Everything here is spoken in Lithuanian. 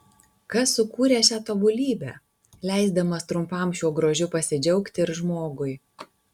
kas sukūrė šią tobulybę leisdamas trumpam šiuo grožiu pasidžiaugti ir žmogui